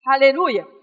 Hallelujah